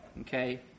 Okay